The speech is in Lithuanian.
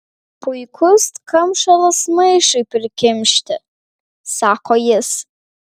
puikus kamšalas maišui prikimšti sako jis